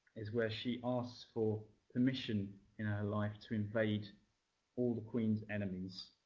is where she asks for permission in her life to invade all the queen's enemies,